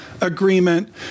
agreement